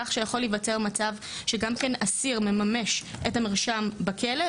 כך שיכול להיווצר מצב שגם כן אסיר מממש את המרשם בכלא,